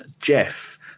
Jeff